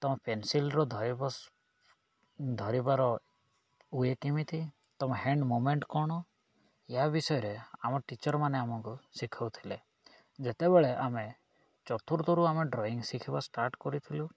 ତମ ପେନ୍ସିଲ୍ର ଧରିବ ଧରିବାର ୱେ କେମିତି ତମ ହ୍ୟାଣ୍ଡ ମୁମେଣ୍ଟ କ'ଣ ୟା ବିଷୟରେ ଆମ ଟିଚର୍ମାନେ ଆମକୁ ଶିଖଉଥିଲେ ଯେତେବେଳେ ଆମେ ଚତୁର୍ଥରୁ ଆମେ ଡ୍ରଇଂ ଶିଖିବା ଷ୍ଟାର୍ଟ କରିଥିଲୁ